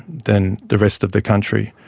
than the rest of the country.